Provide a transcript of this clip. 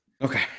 Okay